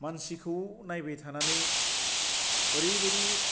मानसिखौ नायबाय थानानै ओरैबादि